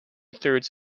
thirds